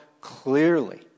clearly